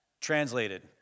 Translated